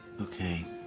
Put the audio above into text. Okay